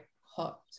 hot